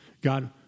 God